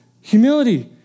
humility